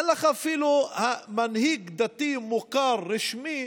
אין לך אפילו מנהיג דתי מוכר, רשמי,